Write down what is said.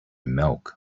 milk